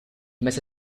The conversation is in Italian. mese